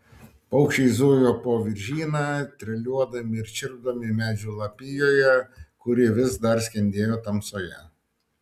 paukščiai zujo po viržyną treliuodami ir čirpdami medžių lapijoje kuri vis dar skendėjo tamsoje